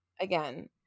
again